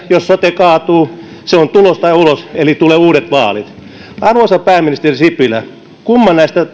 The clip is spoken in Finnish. jos sote kaatuu teillä on että se on tulos tai ulos eli tulee uudet vaalit arvoisa pääministeri sipilä kumman näistä